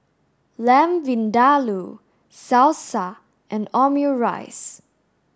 Lamb Vindaloo Salsa and Omurice